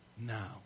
now